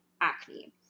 acne